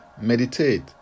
meditate